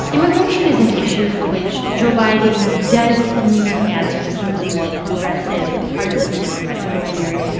immigration is an issue for which joe biden does need to answer to some of the more progressive parts of the democratic primary,